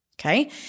Okay